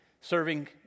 serving